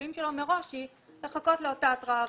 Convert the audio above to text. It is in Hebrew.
השיקולים שלו מראש יהיו לחכות לאותה התראה ראשונה,